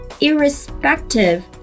irrespective